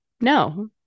no